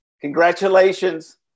Congratulations